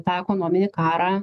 tą ekonominį karą